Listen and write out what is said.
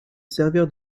servirent